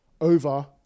over